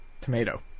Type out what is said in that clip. Tomato